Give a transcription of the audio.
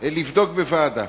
לבדוק בוועדה.